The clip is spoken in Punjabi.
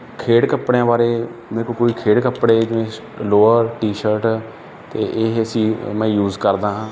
ਖੇਡ ਕੱਪੜਿਆਂ ਬਾਰੇ ਮੇਰੇ ਕੋਲ ਕੋਈ ਖੇਡ ਕੱਪੜੇ ਜਿਵੇਂ ਲੋਅਰ ਟੀ ਸ਼ਰਟ ਅਤੇ ਇਹ ਸੀ ਮੈਂ ਯੂਜ ਕਰਦਾ ਹਾਂ